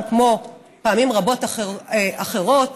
כמו פעמים רבות אחרות,